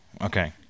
Okay